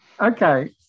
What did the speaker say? Okay